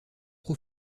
pro